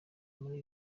muri